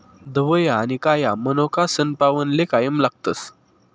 धवया आनी काया मनोका सनपावनले कायम लागतस